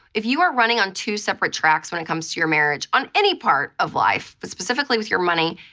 if you are running on two separate tracks when it comes to your marriage, on any part of life, but specifically with your money,